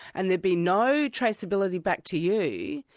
and there'd be no traceability back to you,